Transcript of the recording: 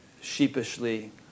sheepishly